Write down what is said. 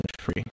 free